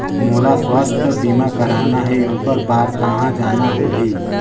मोला स्वास्थ बीमा कराना हे ओकर बार कहा जाना होही?